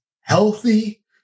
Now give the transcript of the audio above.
healthy